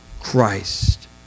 Christ